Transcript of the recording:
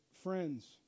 Friends